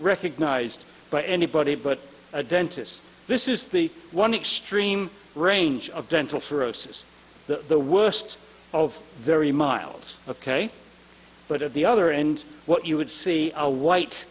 recognized by anybody but a dentist this is the one extreme range of dental cirrhosis that the worst of very miles ok but at the other end what you would see a white